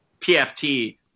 PFT